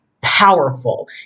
powerful